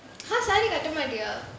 ha saree கட்ட மாட்டியா:katta maatiyaa